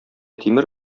тимер